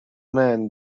man